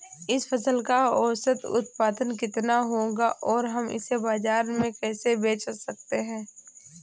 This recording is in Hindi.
इस फसल का औसत उत्पादन कितना होगा और हम इसे बाजार में कैसे बेच सकते हैं?